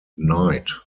knight